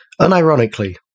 unironically